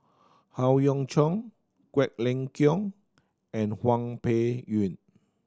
Howe Yoon Chong Quek Ling Kiong and Hwang Peng Yuan